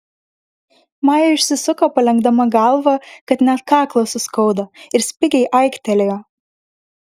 maja išsisuko palenkdama galvą kad net kaklą suskaudo ir spigiai aiktelėjo